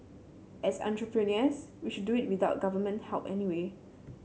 as entrepreneurs we should do it without Government help anyway